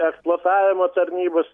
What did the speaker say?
eksplotavimo tarnybos